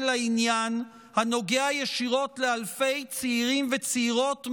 לעניין הנוגע ישירות לאלפי צעירים וצעירות,